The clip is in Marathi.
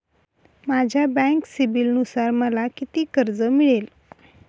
माझ्या बँक सिबिलनुसार मला किती कर्ज मिळेल?